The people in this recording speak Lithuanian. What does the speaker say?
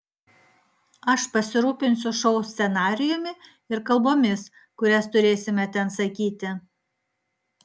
aš pasirūpinsiu šou scenarijumi ir kalbomis kurias turėsime ten sakyti